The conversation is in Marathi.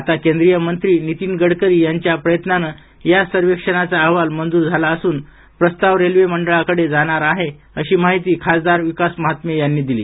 आता केंद्रीय मंत्री नीतीन गडकरी यांच्या प्रयत्नानं या सर्वेक्षणाचा अहवाल मंजूर झाला असून प्रस्ताव रेल्वे मंडळाकडे जाणार आहे अशी माहिती खासदार विकास महात्मे यांनी दिली